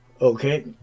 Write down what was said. Okay